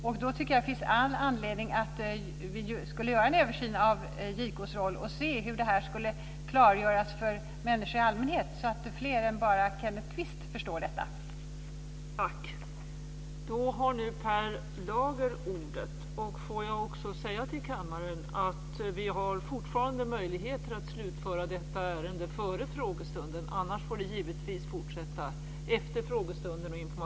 Därför tycker jag att det finns all anledning att göra en översyn av JK:s roll för att se hur den kan klargöras för människor i allmänhet, så att fler än bara Kenneth Kvist förstår detta.